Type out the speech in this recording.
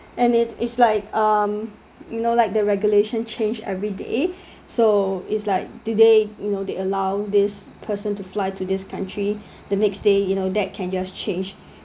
and it is like um you know like the regulation change every day so it's like today you know they allow this person to fly to this country the next day you know that can just change